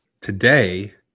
Today